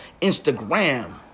Instagram